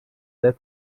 their